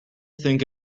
think